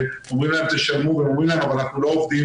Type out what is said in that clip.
ואומרים להם 'תשלמו' והם אומרים להם 'אבל אנחנו לא עובדים